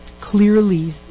clearly